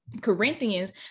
Corinthians